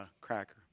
cracker